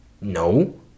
no